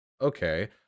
okay